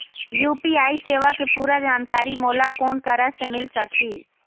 UPI सेवा के पूरा जानकारी मोला कोन करा से मिल सकही?